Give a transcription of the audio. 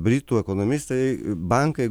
britų ekonomistai bankai